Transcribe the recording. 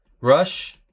Rush